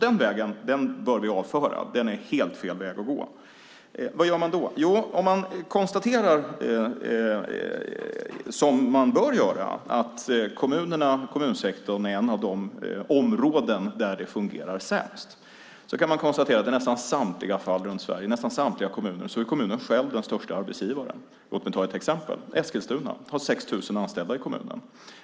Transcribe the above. Den vägen bör vi alltså avföra; det är helt fel väg att gå. Vad gör man då? Jo, om man konstaterar, som man bör göra, att kommunsektorn är ett av de områden där det fungerar sämst kan man också konstatera att i nästan samtliga kommuner är kommunen själv den största arbetsgivaren. Låt mig ta Eskilstuna som exempel. De har 6 000 anställda i kommunen.